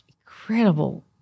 incredible